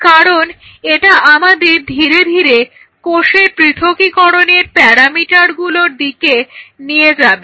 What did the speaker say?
কারণ এটা আমাদের ধীরে ধীরে কোষের পৃথকীকরণের প্যারামিটারগুলোর দিকে নিয়ে যাবে